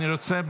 אני רוצה,